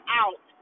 out